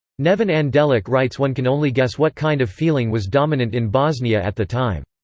neven andelic writes one can only guess what kind of feeling was dominant in bosnia at the time.